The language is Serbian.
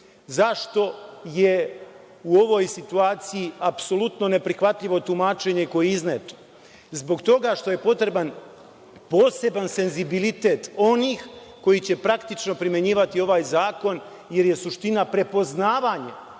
je u ovoj situaciji apsolutno neprihvatljivo tumačenje koje je izneto? Zbog toga što je potreban poseban senzibilitet onih koji će praktično primenjivati ovaj zakon, jer je suština prepoznavanje